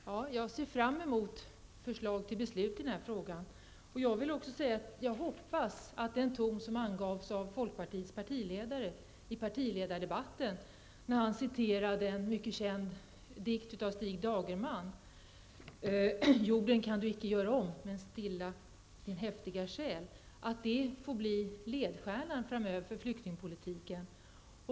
Herr talman! Jag ser fram emot förslag till beslut i den här frågan. Jag hoppas att den ton som angavs av folkpartiledaren i partiledardebatten när han citerade en mycket känd dikt av Stig Dagerman: ''Jorden kan du icke göra om, stilla din häftiga själ'', får bli ledstjärna för flyktingpolitiken framöver.